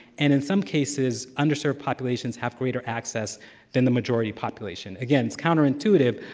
and, in some cases, underserved populations have greater access than the majority population. again, it's counterintuitive,